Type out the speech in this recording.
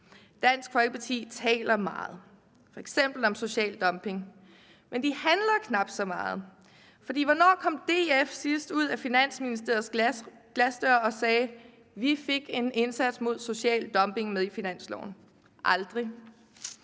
Dansk Folkeparti taler meget – f.eks. om social dumping – men de handler knap så meget. Hvornår kom DF sidst ud af Finansministeriets glasdør og sagde: Vi fik en indsats mod social dumping med i finansloven? Aldrig.